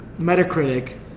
Metacritic